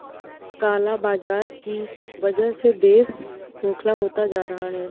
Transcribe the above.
काला बाजार की वजह से देश खोखला होता जा रहा है